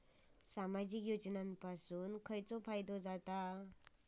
सामाजिक योजनांपासून काय फायदो जाता?